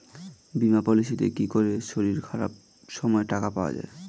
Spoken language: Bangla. বীমা পলিসিতে কি করে শরীর খারাপ সময় টাকা পাওয়া যায়?